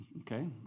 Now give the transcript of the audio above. Okay